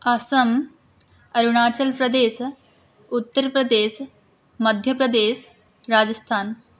आसम् अरुणाचलप्रदेशः उत्तरप्रदेशः मध्यप्रदेशः राजस्थान्